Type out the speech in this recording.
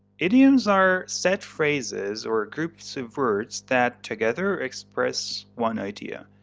idioms are set phrases or groups of words that together express one idea.